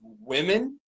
women